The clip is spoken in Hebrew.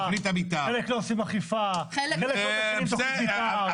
חלק לא עושים אכיפה, חלק לא עושים תכניות מתאר ,